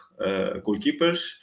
goalkeepers